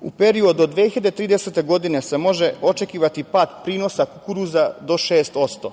u periodu do 2030. godine se može očekivati pad prinosa kukuruza do